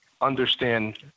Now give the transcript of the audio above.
understand